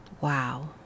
wow